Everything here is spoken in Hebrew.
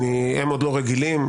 הם עוד לא רגילים,